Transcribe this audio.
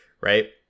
right